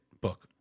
book